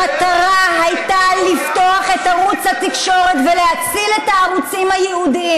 המטרה הייתה לפתוח את ערוץ התקשורת ולהציל את הערוצים הייעודיים.